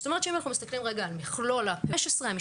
זאת אומרת שאם אנחנו מסתכלים על מכלול הפעולות האלה,